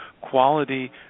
quality